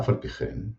אף על פי כן,